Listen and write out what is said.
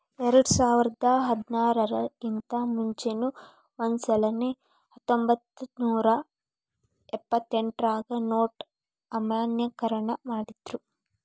ಎರ್ಡ್ಸಾವರ್ದಾ ಹದ್ನಾರರ್ ಕಿಂತಾ ಮುಂಚೆನೂ ಒಂದಸಲೆ ಹತ್ತೊಂಬತ್ನೂರಾ ಎಪ್ಪತ್ತೆಂಟ್ರಾಗ ನೊಟ್ ಅಮಾನ್ಯೇಕರಣ ಮಾಡಿದ್ರು